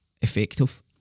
effective